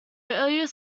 earliest